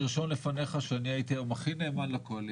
תרשום לפניך שאני הייתי היום הכי נאמן לקואליציה.